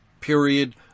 period